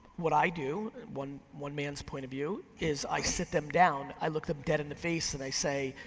what i do, one one man's point of view, is i sit them down, i look them dead in the face and i say,